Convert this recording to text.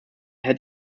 had